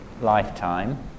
lifetime